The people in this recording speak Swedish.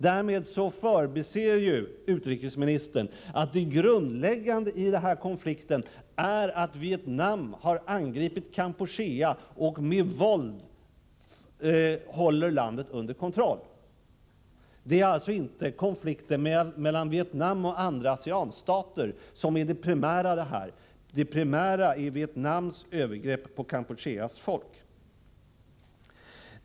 Därmed förbiser utrikesministern att det grundläggande i denna konflikt är att Vietnam har angripit Kampuchea och med våld håller landet under kontroll. Det är alltså inte konflikten mellan Vietnam och andra ASEAN-stater som är det primära, utan det primära är Vietnams övergrepp mot Kampucheas folk.